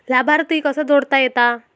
लाभार्थी कसा जोडता येता?